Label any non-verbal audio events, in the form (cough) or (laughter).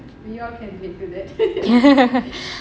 (noise)